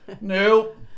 Nope